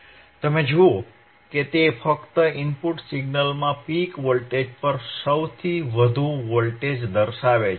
તમે જુઓ કે તે ફક્ત ઇનપુટ સિગ્નલમાં પીક વોલ્ટેજ પર સૌથી વધુ વોલ્ટેજ દર્શાવે છે